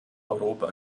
europa